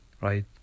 right